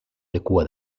lekua